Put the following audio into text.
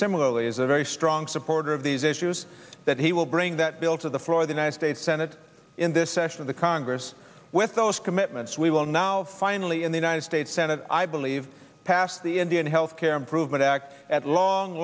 similarly is a very strong supporter of these issues that he will bring that bill to the floor the united states senate in this session of the congress with those commitments we will now finally in the united states senate i believe pass the indian health care improvement act at long